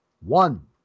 one